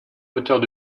moteurs